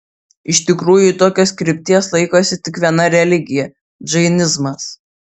iš tikrųjų tokios krypties laikosi tik viena religija džainizmas